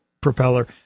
propeller